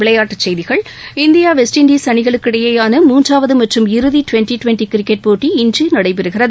விளையாட்டுச்செய்கிகள் India West Indies அணிகளுக்கிடையேயான மூன்றாவதுமற்றும் இறுதிடுவெண்ட்டிடுவெண்ட்டிகிரிக்கெட் போட்டி இன்றநடைபெறுகிறது